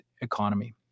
economy